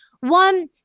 one